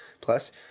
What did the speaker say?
Plus